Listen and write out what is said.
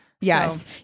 Yes